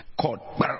caught